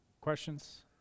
Questions